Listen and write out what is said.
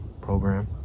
program